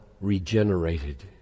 regenerated